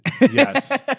Yes